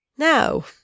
Now